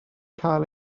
cael